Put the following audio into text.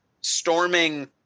storming